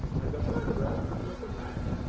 and the murderer was a man.